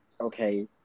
okay